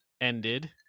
ended